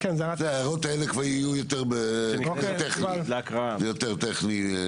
ההערות האלה כבר יהיו יותר טכניות, זה יותר טכני.